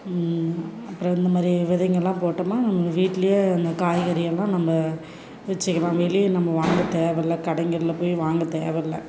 அப்புறம் இந்த மாதிரி விதைங்கெல்லாம் போட்டோம்னால் நம்ம வீட்டிலையே அந்த காய்கறி எல்லாம் நம்ம வச்சிக்கலாம் வெளியே நம்ம வாங்க தேவயில்ல கடைங்கள்ல போய் வாங்க தேவயில்ல